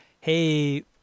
hey